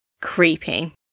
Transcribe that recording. Creepy